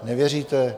Nevěříte?